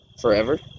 forever